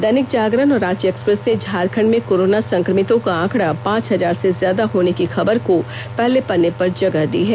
दैनिक जागरण और रांची एक्सप्रेस ने झारखंड में कोरोना संक्रमितों का आंकड़ा पांच हजार से ज्यादा होने की खबर को पहले पन्ने पर जगह दी है